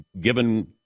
given